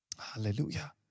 Hallelujah